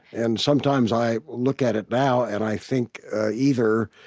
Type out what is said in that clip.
and sometimes i look at it now, and i think either,